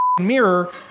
mirror